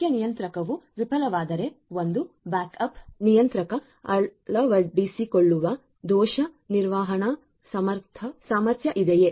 ಮುಖ್ಯ ನಿಯಂತ್ರಕವು ವಿಫಲವಾದರೆ ಒಂದು ಬ್ಯಾಕ್ಅಪ್ ನಿಯಂತ್ರಕ ಅಳವಡಿಸಿಕೊಳ್ಳುವ ದೋಷ ನಿರ್ವಹಣಾ ಸಾಮರ್ಥ್ಯ ಇದೆಯೇ